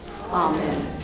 Amen